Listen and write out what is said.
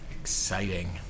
exciting